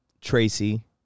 Tracy